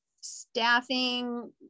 staffing